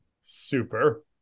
Super